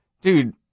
Dude